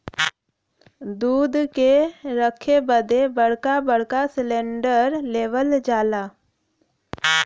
दूध के रखे बदे बड़का बड़का सिलेन्डर लेवल जाला